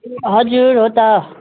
ए हजुर हो त